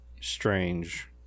strange